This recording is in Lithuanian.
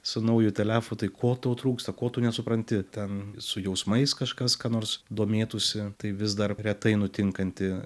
su nauju telefu tai ko tau trūksta ko tu nesupranti ten su jausmais kažkas ką nors domėtųsi tai vis dar retai nutinkanti